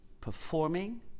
performing